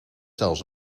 zelfs